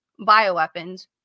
bioweapons